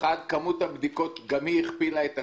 הרי גם כמות הבדיקות הכפילה את עצמה,